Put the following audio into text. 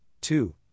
two